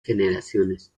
generaciones